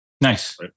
Nice